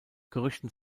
gerüchten